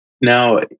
Now